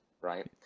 right